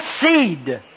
seed